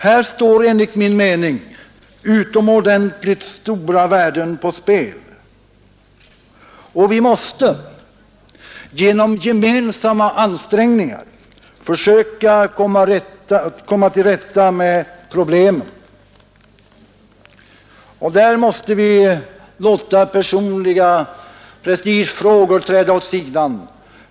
Här står enligt min mening utomordentligt stora värden på spel, och vi måste genom gemensamma ansträngningar försöka komma till rätta med problemen. Och där måste vi låta personliga prestigeskäl träda åt sidan.